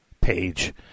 page